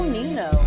Nino